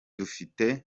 dufite